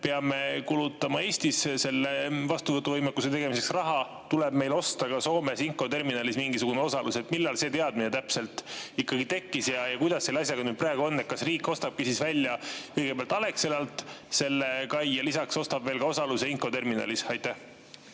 peame kulutama Eestis vastuvõtuvõimekuse tegemiseks raha, tuleb meil osta ka Soomes Inkoo terminalis mingisugune osalus. Millal see teadmine täpselt ikkagi tekkis? Ja kuidas selle asjaga praegu on, kas riik ostabki kõigepealt välja Alexelalt selle kai ja lisaks ostab veel osaluse Inkoo terminalis? Aitäh,